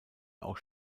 auch